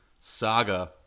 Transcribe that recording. saga